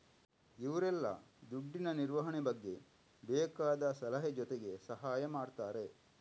ಇವ್ರೆಲ್ಲ ದುಡ್ಡಿನ ನಿರ್ವಹಣೆ ಬಗ್ಗೆ ಬೇಕಾದ ಸಲಹೆ ಜೊತೆಗೆ ಸಹಾಯ ಮಾಡ್ತಾರೆ